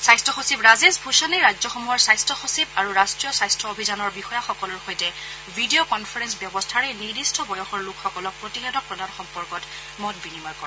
স্বাস্থ্য সচিব ৰাজেশ ভুষণে ৰাজ্যসমূহৰ স্বাস্থ্য সচিব আৰু ৰাষ্ট্ৰীয় স্বাস্থ্য অভিযানৰ বিষয়াসকলৰ সৈতে ভিডিঅ' কনফাৰেল ব্যৱস্থাৰে নিৰ্দিষ্ট বয়সৰ লোকসকলক প্ৰতিষেধক প্ৰদান সম্পৰ্কত মত বিনিময় কৰে